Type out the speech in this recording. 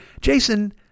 Jason